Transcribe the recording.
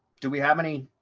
do we have any?